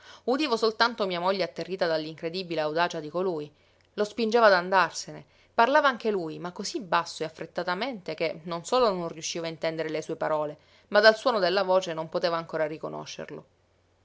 udivo soltanto mia moglie atterrita dall'incredibile audacia di colui lo spingeva ad andarsene parlava anche lui ma così basso e affrettatamente che non solo non riuscivo a intendere le sue parole ma dal suono della voce non potevo ancora riconoscerlo